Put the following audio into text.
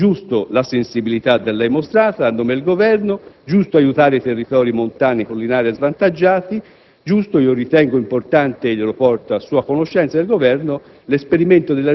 Giusta, quindi, la sensibilità da lei mostrata a nome del Governo, giusto aiutare i territori montani, collinari e svantaggiati, giusto e importante - e lo porto a sua conoscenza e a